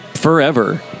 Forever